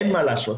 אין מה לעשות,